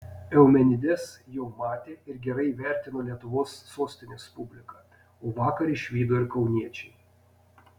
eumenides jau matė ir gerai įvertino lietuvos sostinės publika o vakar išvydo ir kauniečiai